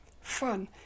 fun